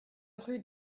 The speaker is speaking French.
rue